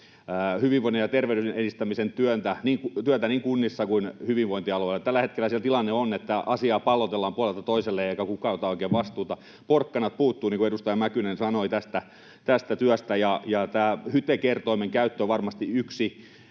hyvinvoinnin ja terveyden edistämisen työtä niin kunnissa kuin hyvinvointialueilla? Tällä hetkellä siellä tilanne on, että asiaa pallotellaan puolelta toiselle eikä kukaan ota oikein vastuuta. Porkkanat puuttuvat, niin kuin edustaja Mäkynen sanoi, tästä työstä. Tämä HYTE-kertoimen käyttö on varmasti yksi